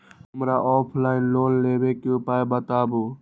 हमरा offline loan लेबे के उपाय बतबु?